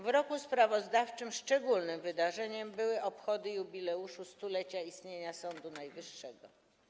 W roku sprawozdawczym szczególnym wydarzeniem były obchody jubileuszu 100-lecia istnienia Sądu Najwyższego.